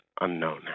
unknown